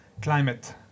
climate